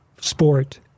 sport